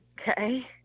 okay